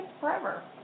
forever